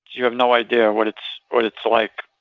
you have no idea what it's what it's like.